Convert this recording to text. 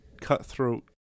cutthroat